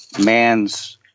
man's